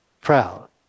proud